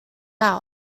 out